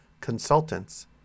consultants